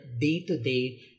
day-to-day